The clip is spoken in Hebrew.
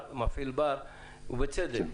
בעלים של בר, ובצדק,